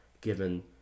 given